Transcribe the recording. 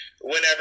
whenever